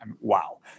Wow